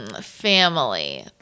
family